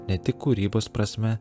ne tik kūrybos prasme